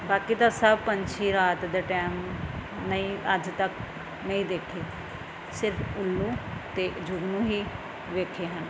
ਬਾਕੀ ਤਾਂ ਸਭ ਪੰਛੀ ਰਾਤ ਦੇ ਟੈਮ ਨਹੀਂ ਅੱਜ ਤੱਕ ਨਹੀਂ ਦੇਖੇ ਸਿਰਫ ਉੱਲੂ ਅਤੇ ਜੁਗਨੂੰ ਹੀ ਵੇਖੇ ਹਨ